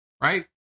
Right